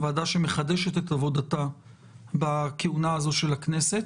הוועדה שמחדשת את עבודתה בכהונה הזאת של הכנסת